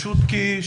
פשוט כי,